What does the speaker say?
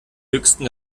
höchsten